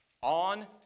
On